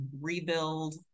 rebuild